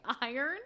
iron